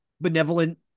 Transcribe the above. benevolent